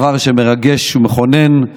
זה דבר מרגש ומכונן,